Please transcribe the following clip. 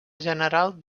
general